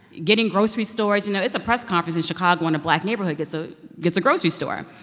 getting grocery stores. you know, it's a press conference in chicago when a black neighborhood gets ah gets a grocery store.